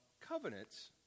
covenants